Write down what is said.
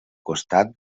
costat